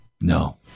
No